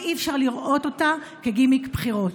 ואי-אפשר לראות אותה כגימיק בחירות.